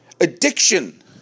Addiction